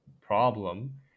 problem